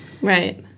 Right